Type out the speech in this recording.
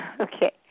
Okay